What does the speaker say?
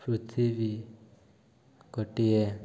ପୃଥିବୀ ଗୋଟିଏ